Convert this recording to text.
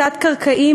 תת-קרקעי,